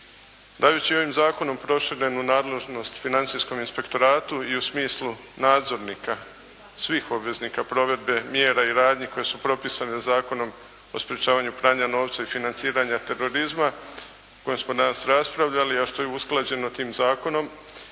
Dajući ovim zakonom proširenu nadležnost Financijskom inspektoratu i u smislu nadzornika svih obveznika provedbe mjera i radnji koje su propisane Zakonom o sprječavanju pranja novca i financiranja terorizma o kojem smo danas raspravljali, a što je usklađeno tim zakonom.